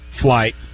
flight